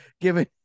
given